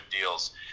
deals